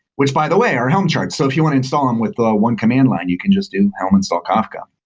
which by the way are helm chart. so if you want to install them with the one command line, you can just do helm install kafka.